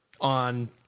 on